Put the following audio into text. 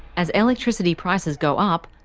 as electricity prices go up,